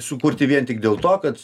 sukurti vien tik dėl to kad